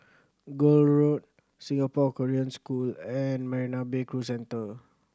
Gul Road Singapore Korean School and Marina Bay Cruise Centre